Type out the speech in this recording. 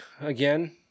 again